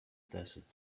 desert